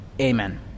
amen